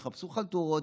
יחפשו חלטורות,